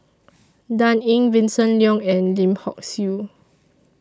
Dan Ying Vincent Leow and Lim Hock Siew